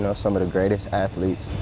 and some of the greatest athletes,